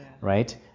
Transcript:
right